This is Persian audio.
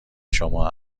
شما